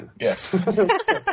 Yes